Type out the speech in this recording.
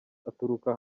aturuka